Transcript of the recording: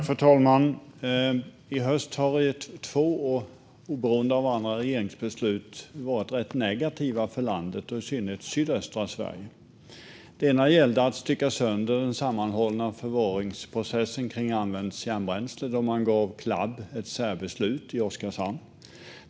Fru talman! I höst har två av varandra oberoende regeringsbeslut varit rätt negativa för landet och i synnerhet för sydöstra Sverige. Det ena gällde att stycka sönder den sammanhållna förvaringsprocessen kring använt kärnbränsle då man gav Clab ett särbeslut när det gäller Oskarshamn.